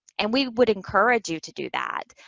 and we would encourage you to do that.